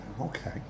okay